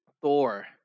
Thor